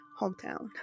hometown